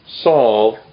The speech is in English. solve